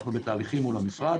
אנחנו בתהליכים מול המשרד,